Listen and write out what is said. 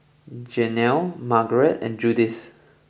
Jenelle Margarete and Judith